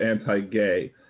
anti-gay